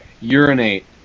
urinate